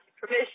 permission